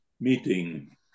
meeting